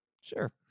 sure